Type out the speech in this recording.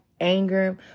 anger